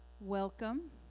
welcome